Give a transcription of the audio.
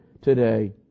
today